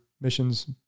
mission's